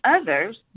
others